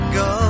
go